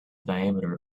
diameter